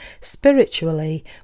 Spiritually